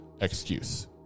excuse